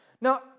Now